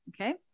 Okay